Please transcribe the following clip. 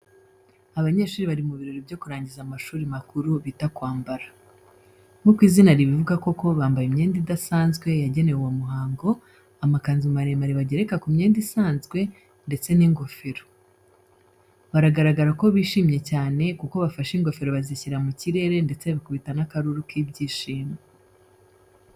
Abanyeshuri bari mu birori byo kurangiza amashuri makuru bita kwambara. Nk'uko izina ribivuga koko bambaye imyenda idasanzwe yagenewe uwo muhango: amakanzu maremare bagereka ku myenda isanzwe, ndetse n'ingofero. Baragaragara ko bishimye cyane kuko bafashe ingofero bazishyira mu kirere ndetse bakubita n'akaruru k'ibyishimo.